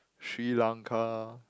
Sri Lanka